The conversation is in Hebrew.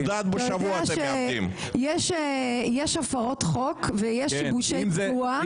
יש הפרות חוק ויש שיבושי תנועה.